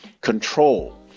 control